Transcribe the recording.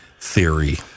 theory